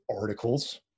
articles